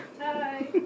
Hi